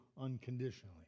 unconditionally